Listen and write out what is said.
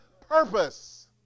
purpose